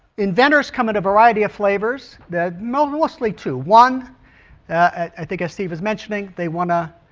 inventors come in a variety of flavors the mostly two one i think i steve is mentioning they want to